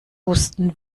husten